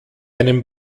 einem